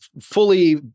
fully